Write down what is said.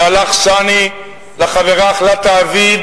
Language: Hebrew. דעלך סני לחברך לא תעביד"